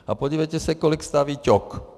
A podívejte se, kolik staví Ťok.